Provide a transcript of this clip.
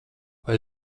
vai